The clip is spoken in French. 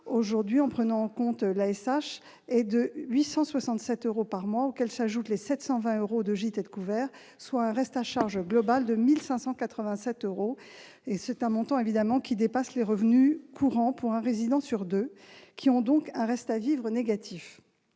aujourd'hui, en prenant en compte l'ASH, est de 867 euros par mois auxquels s'ajoutent les 720 euros de gîte et de couvert, soit un reste à charge globale de 1 587 euros. Ce montant dépasse les revenus courants d'un résident sur deux qui ont donc un reste à vivre négatif.